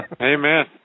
Amen